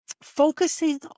focusing